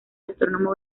astrónomo